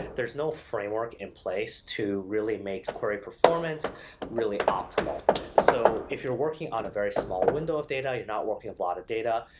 there's no framework in place to really make query performance really optimal so if you're working on a very small window of data, you're not working a lot of data,